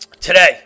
Today